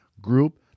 Group